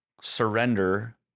surrender